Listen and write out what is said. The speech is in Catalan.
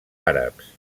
àrabs